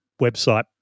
website